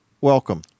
welcome